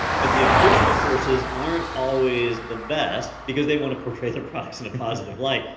but the official sources aren't always the best, because they wanna portray their products in a positive light.